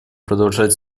продолжать